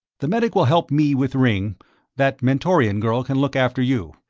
the medic will help me with ringg that mentorian girl can look after you.